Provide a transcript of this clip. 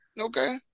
Okay